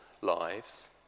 lives